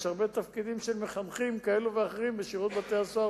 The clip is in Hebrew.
יש הרבה תפקידים של מחנכים כאלה ואחרים בשירות בתי-הסוהר,